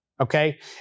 Okay